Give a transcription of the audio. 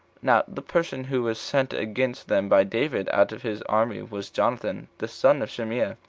now the person who was sent against them by david out of his army was jonathan, the son of shimea,